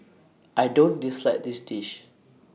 I don't dislike this dish